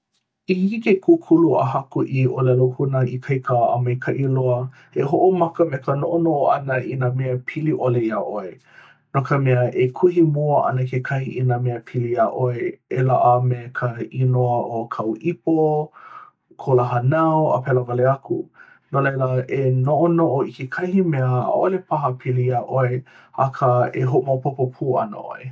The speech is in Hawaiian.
I hiki ke kūkulu a haku i ʻōlelo huna ikaika a maikaʻi loa e hoʻomaka me ka noʻonoʻo ʻana i nā mea pili ʻole iā ʻoe. No ka mea e kuhi mua ana kekahi i nā mea pili iā ʻoe e laʻa me ka inoa o kāu ʻipo, kou lā hānau a pēlā wale aku. No laila e noʻonoʻo i kekahi mea ʻaʻole paha pili iā ʻoe akā e hoʻomaopopo pū ʻana ʻoe.